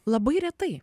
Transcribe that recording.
labai retai